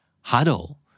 Huddle